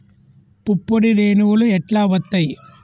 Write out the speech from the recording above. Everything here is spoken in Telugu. పుప్పొడి రేణువులు ఎట్లా వత్తయ్?